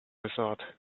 resort